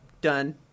done